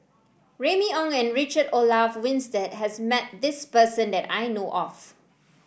Remy Ong and Richard Olaf Winstedt has met this person that I know of